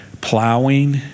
plowing